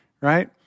right